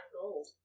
gold